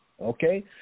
okay